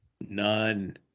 None